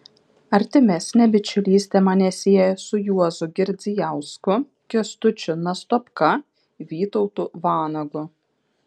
artimesnė bičiulystė mane sieja su juozu girdzijausku kęstučiu nastopka vytautu vanagu